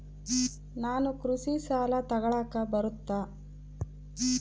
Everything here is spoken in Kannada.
ನಾನು ಕೃಷಿ ಸಾಲ ತಗಳಕ ಬರುತ್ತಾ?